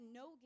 no